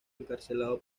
encarcelado